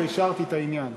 ואישרתי את העניין.